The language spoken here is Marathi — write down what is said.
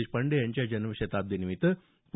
देशपांडे यांच्या जन्मशताब्दीनिमित्त पु